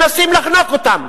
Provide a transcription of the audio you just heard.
מנסים לחנוק אותם,